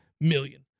million